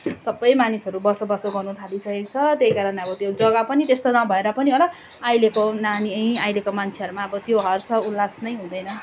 सबै मानिसहरू बसोबासो गर्नु थालिसकेको छ त्यही कारण अब त्यो जगा पनि त्यस्तो नभएर पनि होला अहिलेको नानी अहिलेको मान्छेहरूमा अब त्यो हर्षोल्लास नै हुँदैन